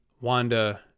Wanda